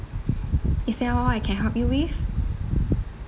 is that all I can help you with